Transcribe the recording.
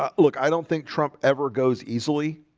ah look, i don't think trump ever goes easily.